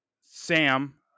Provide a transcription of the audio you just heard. Sam